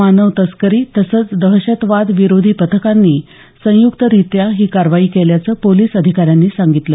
मानव तस्करी तसंच दहशतवाद विरोधी पथकांनी संयुक्तरीत्या ही कारवाई केल्याचं पोलिस अधिकाऱ्यांनी सांगितलं